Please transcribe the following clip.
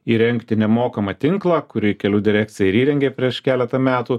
įrengti nemokamą tinklą kurį kelių direkcija ir įrengė prieš keletą metų